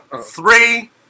Three